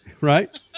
right